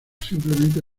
simplemente